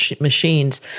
machines